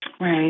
Right